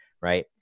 right